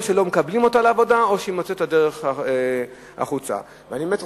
או שלא מקבלים אותה לעבודה או שהיא מוצאת את הדרך החוצה.